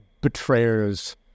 betrayers